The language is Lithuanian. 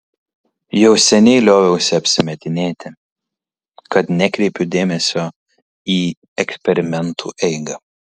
jau seniai lioviausi apsimetinėti kad nekreipiu dėmesio į eksperimentų eigą